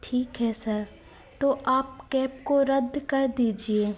ठीक है सर तो आप कैब को रद्द कर दीजिए